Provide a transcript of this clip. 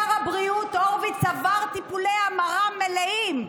שר הבריאות הורוביץ עבר טיפולי המרה מלאים.